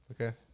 Okay